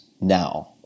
now